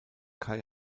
kai